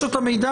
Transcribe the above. יש לו את המידע?